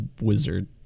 wizard